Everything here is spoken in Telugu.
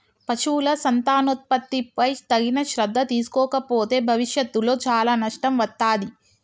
పశువుల సంతానోత్పత్తిపై తగిన శ్రద్ధ తీసుకోకపోతే భవిష్యత్తులో చాలా నష్టం వత్తాది